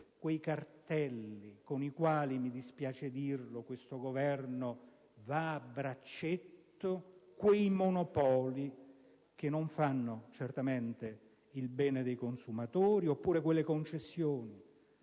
quei cartelli - con i quali, mi dispiace dirlo, l'attuale Governo va a braccetto - e quei monopoli che non fanno certamente il bene dei consumatori o, ancora, le concessioni,